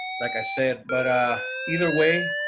like i said, but ah, either way,